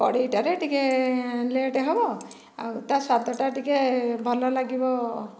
କଡ଼େଇଟାରେ ଟିକିଏ ଲେଟ୍ ହେବ ଆଉ ତା ସ୍ୱାଦଟା ଟିକିଏ ଭଲ ଲାଗିବ